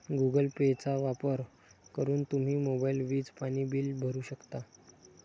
Google पेचा वापर करून तुम्ही मोबाईल, वीज, पाणी बिल भरू शकता